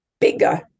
Bigger